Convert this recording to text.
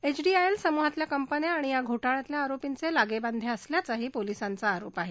HDIL समूहातल्या कंपन्या आणि या घोळ्यातल्या आरोपींचे लागेबांधे असल्याचाही पोलिसांचा आरोप आहे